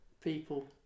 People